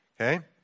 Okay